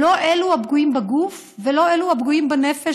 לא הפגועים בגוף ולא הפגועים בנפש,